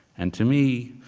and to me,